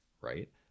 Right